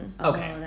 Okay